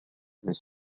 mais